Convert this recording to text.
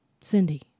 Cindy